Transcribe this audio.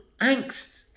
angst